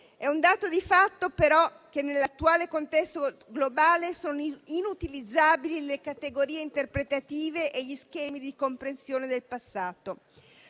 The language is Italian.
È un dato di fatto, però, che nell'attuale contesto globale siano inutilizzabili le categorie interpretative e gli schemi di comprensione del passato.